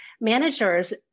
Managers